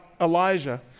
Elijah